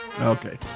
Okay